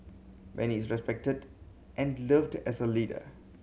Benny is respected and loved as a leader